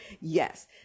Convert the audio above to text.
yes